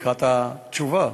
לקראת התשובה,